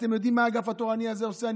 אתם יודעים מה האגף התורני הזה עושה?